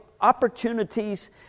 opportunities